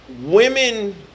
women